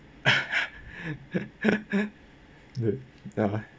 ya